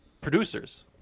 producers